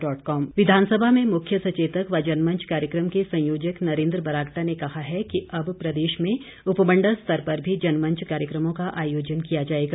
बरागटा विधानसभा में मुख्य सचेतक व जनमंच कार्यक्रम के संयोजक नरेन्द्र बरागटा ने कहा है कि अब प्रदेश में उपमंडल स्तर पर भी जनमंच कार्यक्रमों का आयोजन किया जाएगा